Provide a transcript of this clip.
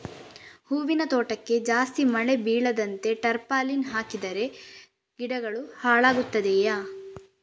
ಹೂವಿನ ತೋಟಕ್ಕೆ ಜಾಸ್ತಿ ಮಳೆ ಬೀಳದಂತೆ ಟಾರ್ಪಾಲಿನ್ ಹಾಕಿದರೆ ಗಿಡಗಳು ಹಾಳಾಗುತ್ತದೆಯಾ?